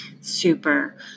Super